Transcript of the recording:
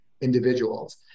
individuals